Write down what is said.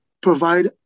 provide